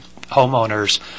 homeowners